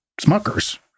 Smuckers